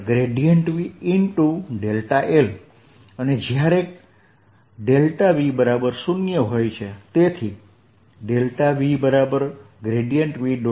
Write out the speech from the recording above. l જ્યારે V0 તેથી VV